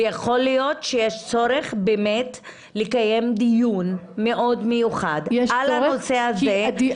יכול להיות שיש צורך באמת לקיים דיון מאוד מיוחד על הנושא הזה.